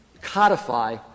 codify